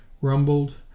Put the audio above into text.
rumbled